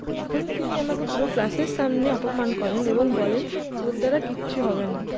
তখন তিনি আমাকে পুরো ক্লাসের সামনে অপমান করেন এবং বলেন তোর দ্বারা কিচ্ছু হবে না